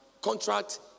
contract